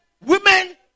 Women